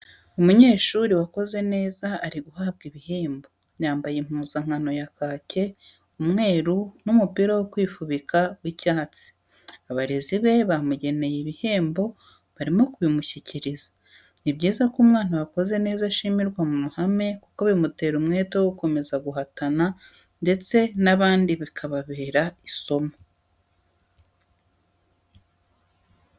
Umunyeshuri wakoze neza ari guhabwa ibihembo yambaye impuzankano ya kaki, umweru n'umupira wo kwifubika w'icyatsi, abarezi be bamugeneye ibihembo barimo kubimushyikiriza, ni byiza ko umwana wakoze neza ashimirwa mu ruhame kuko bimutera umwete wo gukomeza guhatana ndetse n'abandi bikababera isomo.